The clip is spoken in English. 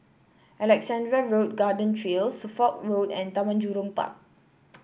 Alexandra Road Garden Trail Suffolk Road and Taman Jurong Park